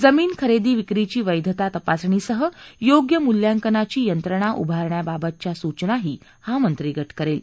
जमीन खरेदी विक्रीची वध्वित तपासणीसह योग्य मूल्यांकनाची यंत्रणा उभारण्याबातबच्या सूचना हा मंत्रिगट करेल